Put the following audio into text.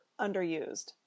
underused